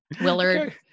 willard